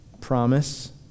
promise